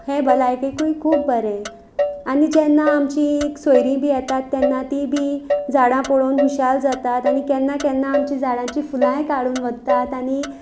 हें भलायकेकूय खूब बरें आनी जेन्ना आमचीं सोयरी बी येतात तेन्ना तीं बी झाडां पळोवन हुशाल जातात आनी केन्ना केन्ना आमचीं झाडांचीं फुलांय काडून व्हत्तात आनी